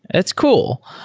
that's cool.